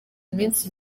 iminsi